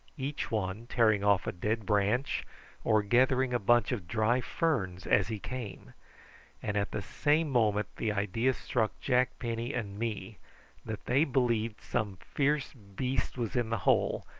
each one tearing off a dead branch or gathering a bunch of dry ferns as he came and at the same moment the idea struck jack penny and me that they believed some fierce beast was in the hole,